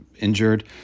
injured